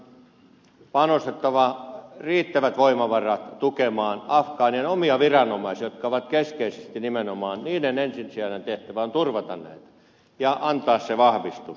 siksi on panostettava riittävät voimavarat tukemaan afgaanien omia viranomaisia joiden keskeinen ja nimenomaan ensisijainen tehtävä on turvata nämä vaalit ja antaa se vahvistus